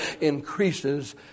increases